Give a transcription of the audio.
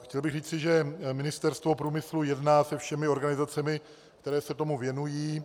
Chtěl bych říci, že Ministerstvo průmyslu a obchodu jedná se všemi organizacemi, které se tomu věnují.